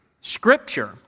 Scripture